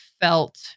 felt